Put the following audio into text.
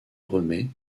remet